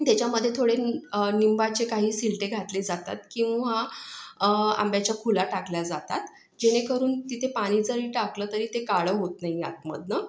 त्याच्यामध्ये थोडे निं निंबाचे काही सिलटे घातले जातात किंवा आंब्याच्या खुला टाकल्या जातात जेणेकरून तिथे पाणी जरी टाकलं तरी ते काळं होत नाही आतमधून